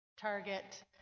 target